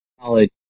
college